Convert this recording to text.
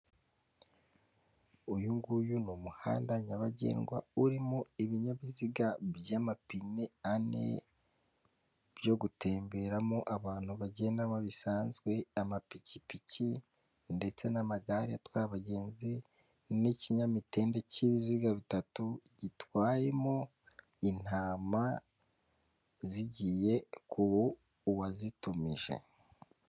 Uyu nguyu ni umuhanda nyabagendwa urimo ibinyabiziga by'amapine ane, byo gutemberamo abantu bagendamo bisanzwe, amapikipiki ndetse n'amagare atwara abagenzi, n'ikinyamitende cy'ibiziga bitatu, gitwayemo intama zigiye ku wazitumije.